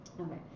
Okay